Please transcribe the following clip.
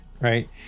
right